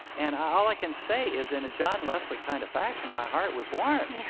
and all i can say is, in a john wesley kind of fashion, my heart was warmed.